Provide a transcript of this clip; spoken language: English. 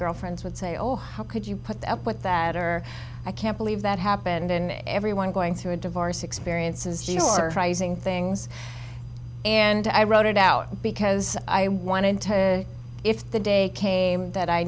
girlfriends would say oh how could you put up with that or i can't believe that happened and everyone going through a divorce experiences things and i wrote it out because i wanted to if the day came that i